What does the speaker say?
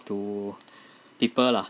to people lah